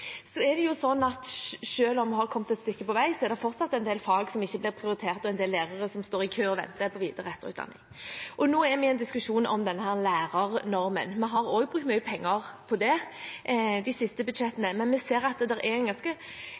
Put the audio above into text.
om vi har kommet et stykke på vei, er det fortsatt en del fag som ikke blir prioritert, og en del lærere som står i kø og venter på videre- og etterutdanning. Nå er vi i en diskusjon om denne lærernormen. Vi har også brukt mye penger på det i de siste budsjettene, men vi ser at det er en ganske